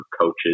coaches